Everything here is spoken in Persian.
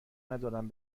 ندارم